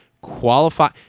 qualify